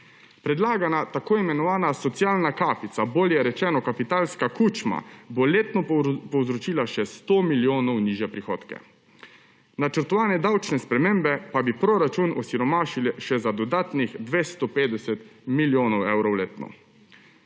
Predlagana tako imenovana socialna kapica, bolje rečeno kapitalska kučma, bo letno povzročila še 100 milijonov nižje prihodke, načrtovane davčne spremembe pa bi proračun osiromašile še za dodatnih 250 milijonov evrov letno.